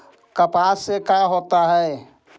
कपास से का होता है?